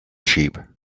sheep